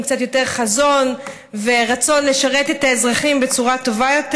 עם קצת יותר חזון ורצון לשרת את האזרחים בצורה טובה יותר.